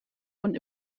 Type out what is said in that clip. und